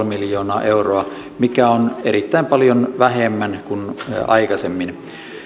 miljoonaa euroa mikä on erittäin paljon vähemmän kuin aikaisemmin